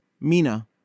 Mina